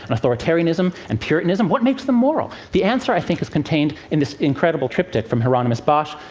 and authoritarianism and puritanism? what makes them moral? the answer, i think, is contained in this incredible triptych from hieronymus bosch,